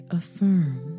affirm